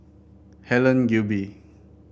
Helen Gilbey